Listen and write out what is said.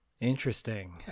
Interesting